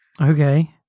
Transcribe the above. Okay